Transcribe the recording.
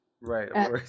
right